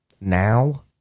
now